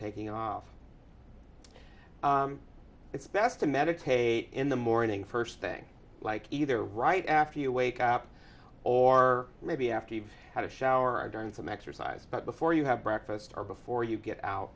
taking off it's best to meditate in the morning first thing like either right after you wake up or maybe after you've had a shower or done some exercise but before you have breakfast or before you get out